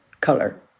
color